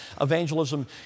evangelism